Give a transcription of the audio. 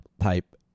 type